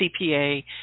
CPA